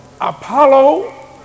Apollo